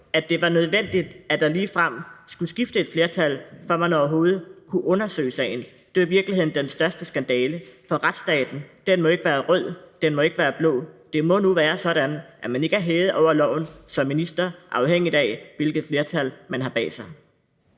at det var nødvendigt, at der ligefrem skulle skifte et flertal, for at man overhovedet kunne undersøge sagen. Det er jo i virkeligheden den største skandale for retsstaten. Den må ikke være rød, den må ikke være blå. Det må nu være sådan, at man ikke er hævet over loven som minister, afhængigt af hvilket flertal man har bag sig.